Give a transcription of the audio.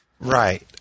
Right